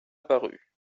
apparu